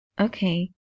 okay